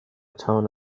town